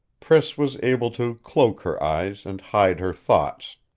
priss was able to cloak her eyes and hide her thoughts